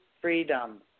freedom